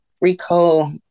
recall